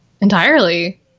entirely